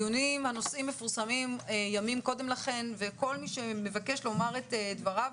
הנושאים והדיונים מפרסמים ימים קודם לכן וכל מי שמבקש לומר את דבריו,